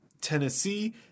Tennessee